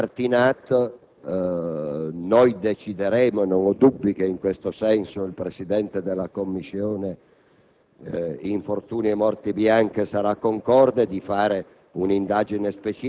Per quanto sollecitato dal senatore Martinat, noi decideremo (non ho dubbi che in questo senso il Presidente della Commissione